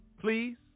please